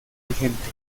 vigente